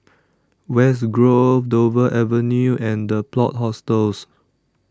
West Grove Dover Avenue and The Plot Hostels